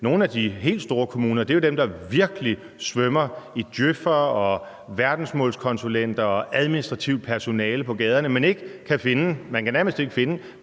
nogle af de helt store kommuner jo er dem, der virkelig svømmer i djøf'ere, verdensmålskonsulenter og administrativt personale på gaderne, mens man nærmest ikke kan